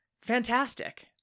fantastic